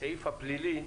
הסעיף הפלילי,